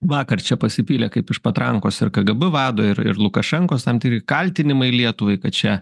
vakar čia pasipylė kaip iš patrankos ir kgb vado ir ir lukašenkos tam tikri kaltinimai lietuvai kad čia